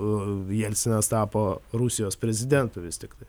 o jelcinas tapo rusijos prezidentu vis tiktai